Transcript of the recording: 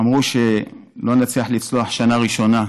אמרו שלא נצליח לצלוח שנה ראשונה,